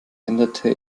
änderte